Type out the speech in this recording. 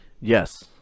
yes